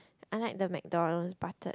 I like the McDonald's buttered